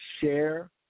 share